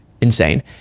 insane